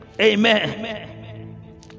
amen